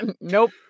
Nope